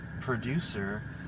producer